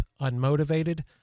unmotivated